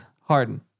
Harden